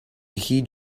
heed